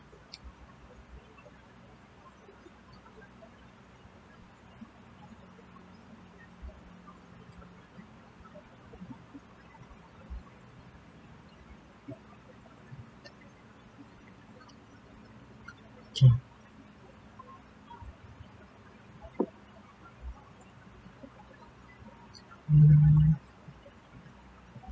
okay